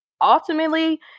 ultimately